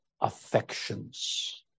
affections